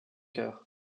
heures